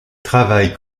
travaillent